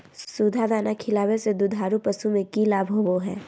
सुधा दाना खिलावे से दुधारू पशु में कि लाभ होबो हय?